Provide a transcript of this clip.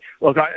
Look